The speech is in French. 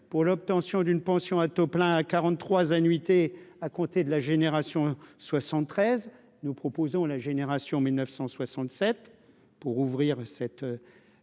pour l'obtention d'une pension à taux plein à 43 annuités à compter de la génération 73, nous proposons la génération 1967 pour ouvrir cette